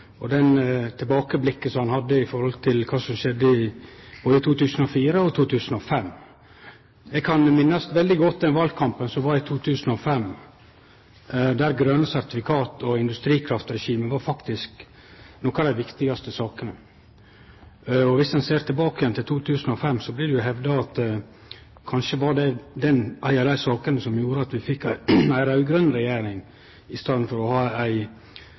minnast den valkampen som var i 2005, der grøn sertifikatmarknad og industrikraftregime faktisk var nokre av dei viktigaste sakene. Dersom ein ser tilbake igjen til 2005, blir det jo hevda at kanskje det var ei av dei sakene som gjorde at vi fekk ei raud-grøn regjering i staden for at ei